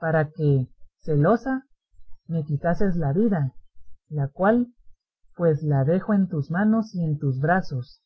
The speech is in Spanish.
para que celosa me quitases la vida la cual pues la dejo en tus manos y en tus brazos